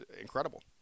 incredible